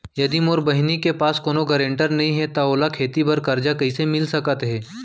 यदि मोर बहिनी के पास कोनो गरेंटेटर नई हे त ओला खेती बर कर्जा कईसे मिल सकत हे?